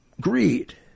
greed